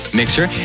mixer